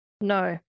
no